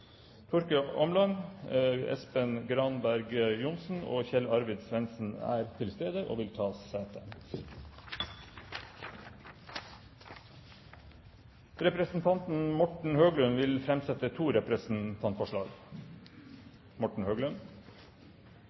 Espen Granberg Johnsen og Kjell Arvid Svendsen er til stede og vil ta sete. Representanten Morten Høglund vil framsette to representantforslag.